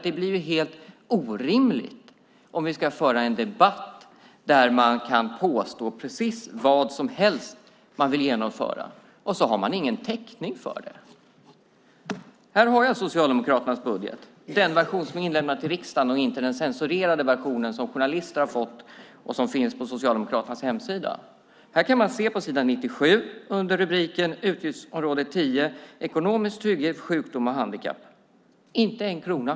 Det blir helt orimligt om vi ska föra en debatt där man kan påstå precis vad som helst, och sedan har man ingen täckning för det. Här har jag Socialdemokraternas budget. Det är den version som är inlämnad till riksdagen och inte den censurerade version som journalister har fått och som finns på Socialdemokraternas hemsida. Här kan man se på s. 97 under rubriken "Utgiftsområde 10 Ekonomisk trygghet vid sjukdom och handikapp" att det inte finns en krona.